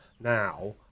now